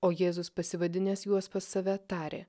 o jėzus pasivadinęs juos pas save tarė